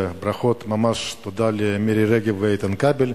ממש תודה למירי רגב ואיתן כבל.